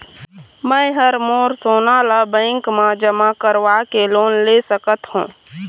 मैं हर मोर सोना ला बैंक म जमा करवाके लोन ले सकत हो?